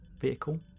vehicle